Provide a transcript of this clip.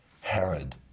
Herod